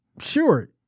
sure